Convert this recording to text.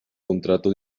contrato